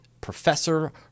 Professor